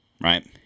right